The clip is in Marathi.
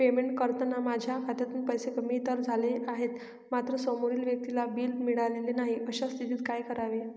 पेमेंट करताना माझ्या खात्यातून पैसे कमी तर झाले आहेत मात्र समोरील व्यक्तीला बिल मिळालेले नाही, अशा स्थितीत काय करावे?